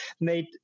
made